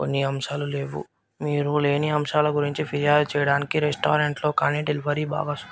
కొన్ని అంశాలు లేవు మీరు లేని అంశాల గురించి ఫిర్యాదు చేయడానికి రెస్టారెంట్లో కానీ డెలివరీ బాయ్ని